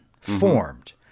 formed